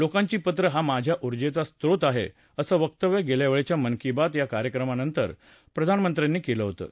लोकांची पत्र हा माझ्या ऊर्जेचा स्रोत आहे असं वक्तव्य गेल्या वेळच्या मन की बात कार्यक्रमा नंतर प्रधानमंत्र्यांनी केलं होतं